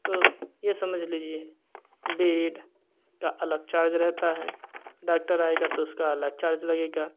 तो ये समझ लीजिए बेड का अलग चार्ज रहता है डॉक्टर आएगा तो उसका अलग चार्ज लगेगा